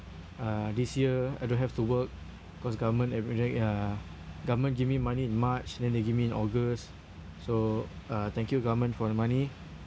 uh this year I don't have to work because government ever~ ya government give me money in march then they give me in august so uh thank you government for the money